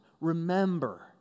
Remember